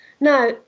Now